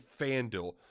FanDuel